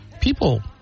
People